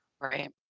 right